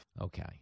Okay